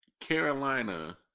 Carolina